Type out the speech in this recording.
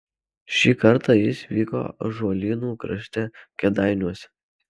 šį kartą jis vyko ąžuolynų krašte kėdainiuose